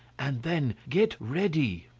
and then get ready.